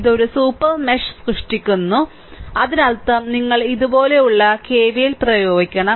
ഇത് ഒരു super mesh സൃഷ്ടിക്കുന്നു അതിനർത്ഥം നിങ്ങൾ ഇതുപോലെയുള്ള കെവിഎൽ പ്രയോഗിക്കണം